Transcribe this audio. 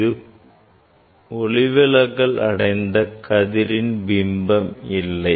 இது ஒளிவிலகல் அடைந்த கதிரின் பிம்பம் இல்லை